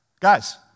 Guys